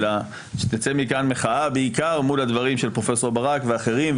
אלא שתצא מכאן מחאה בעיקר מול הדברים של פרופ' ברק ואחרים,